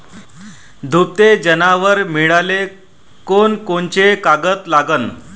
दुभते जनावरं मिळाले कोनकोनचे कागद लागन?